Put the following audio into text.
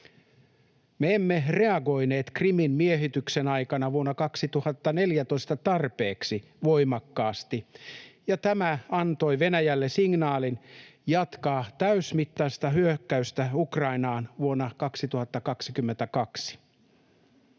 Me emme reagoineet Krimin miehityksen aikana vuonna 2014 tarpeeksi voimakkaasti, ja tämä antoi Venäjälle signaalin jatkaa täysimittaista hyökkäystä Ukrainaan vuonna 2022.